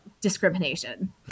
discrimination